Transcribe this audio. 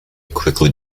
quickly